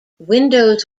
windows